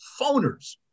phoners